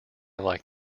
like